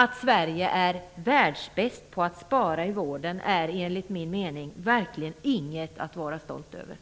Att Sverige är världsbäst på att spara i vården är enligt min mening verkligen inget att vara stolt över.